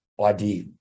idea